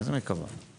מה זאת אומרת מקווה?